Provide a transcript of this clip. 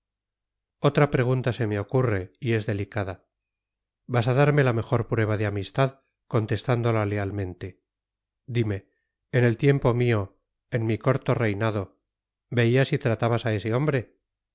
otra pregunta se me ocurre y es delicada vas a darme la mejor prueba de amistad contestándola lealmente dime en el tiempo mío en mi corto reinado veías y tratabas a ese hombre